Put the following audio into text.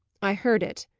i heard it.